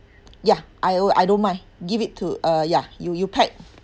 ya I I don't mind give it to uh ya you you pack